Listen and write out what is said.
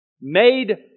made